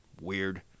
Weird